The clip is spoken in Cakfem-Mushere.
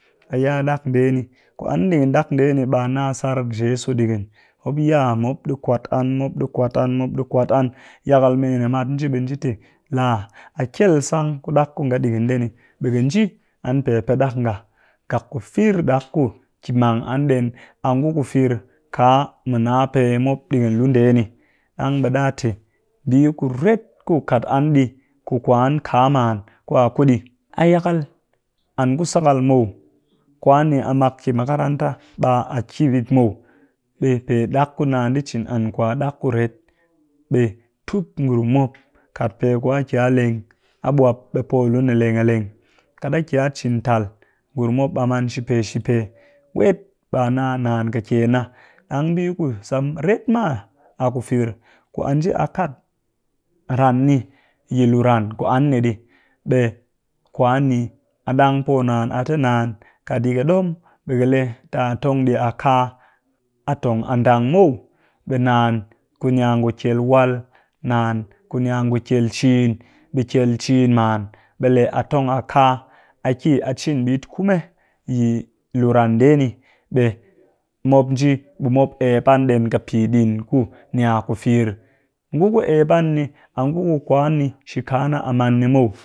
A ya ɗak ndee ni, ku an ɗigin ɗak ndee ni ɓa nna tsar jeso ɗigin mop ya mop ɗi kwat an, mop ɗi kwat an, mop di kwat an yakal mee nimat nji te laa a kyel sang ku ɗak ku nga ɗigin ndee ni ɓe ƙɨ nji an pe pɨ ɗak nga ngak ku fir ɗak ku ki mang an ɗen a ngu ku fir kaa mu nna pee mop ɗigin lu ndee ni. Ɗang ɓe ɗa te mbii kuret ku kat an dii ku kwan ka man ku a kuɗi, a yakal an ku sakal muw, kwan ni amak ki makaranta ɓa ƙiɓit muw ɓe pe ɗak ku naan ɗi cin an ku a ɗak kuret ɓe tup ngurum mop ƙɨ pe ku a ki a leng, a bwap ɓe po lu leng a leng kat a ki a cin tal ngurum mop ɓam an shipe-shipe wet ɓa nna naan kakyen na ɗang be ku sang ret ma a ku fir ku a nji a kat ran ni yi luran ku an ni ɗii, ɓe kwan ni a ɗang po naan a te naan kat yi ƙɨ ɗom ɓeƙɨ lee ti a tong ɗii a kaa a tong a dang muw. Ɓe naan ku. ni a ngu kyel wal, naan ku ni a ngu kyel ciin ɓe kyel ciin man ɓe le a tong a kaa. a ki acin ɓit kume yi lu ran ndee ni ɓe mop nji ɓe mop ep an ɗen ƙɨ piɗin ku ni a ku fir, nguku ep an ni a nguku kwan ni shi kaa na a man ni muw